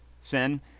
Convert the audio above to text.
sin